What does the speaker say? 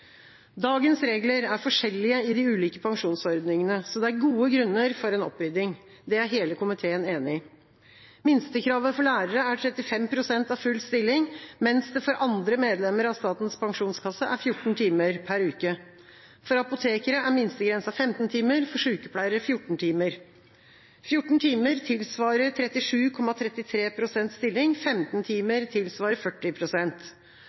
Dagens regler er forskjellige i de ulike pensjonsordningene, så det er gode grunner for en opprydding. Det er hele komiteen enig om. Minstekravet for lærere er 35 pst. av full stilling, mens det for andre medlemmer av Statens pensjonskasse er 14 timer per uke. For apotekere er minstegrensa 15 timer og for sykepleiere 14 timer. 14 timer tilsvarer 37,33 pst. stilling, 15 timer tilsvarer